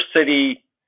City